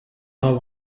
are